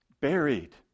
Buried